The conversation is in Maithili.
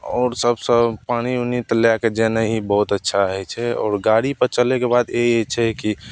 आओर सबसे पानि उनि तऽ लैके जेनाइ ही बहुत अच्छा होइ छै आओर गाड़ीपर चलैके बाद छै कि